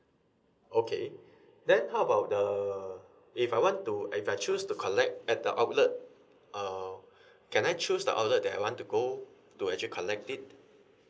okay then how about the if I want to if I choose to collect at the outlet uh can I choose the outlet that I want to go to actually collect it